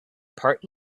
part